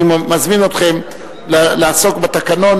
אני מזמין אתכם לעסוק בתקנון